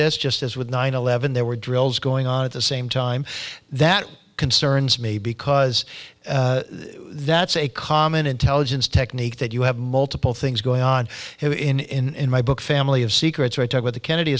this just as with nine eleven there were drills going on at the same time that concerns me because that's a common intelligence technique that you have multiple things going on in my book family of secrets i talk about the kennedy